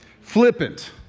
Flippant